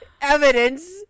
Evidence